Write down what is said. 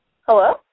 Hello